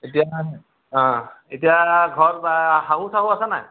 এতিয়া অ এতিয়া ঘৰত শাহু চাহু আছে নাই